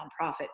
nonprofit